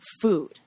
food